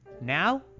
Now